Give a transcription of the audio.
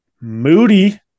Moody